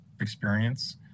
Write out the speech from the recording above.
experience